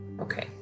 Okay